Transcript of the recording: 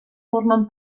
formen